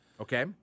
Okay